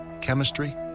Chemistry